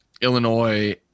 Illinois